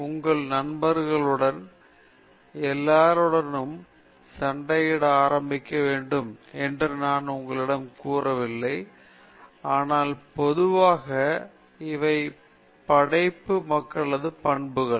உங்கள் நண்பர்களுடனும் எல்லாருடனும் சண்டையிட ஆரம்பிக்க வேண்டும் என்று நான் உங்களிடம் கூறவில்லை ஆனால் பொதுவாக இவை படைப்பு மக்களது பண்புகள்